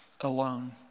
alone